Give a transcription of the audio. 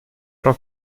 frau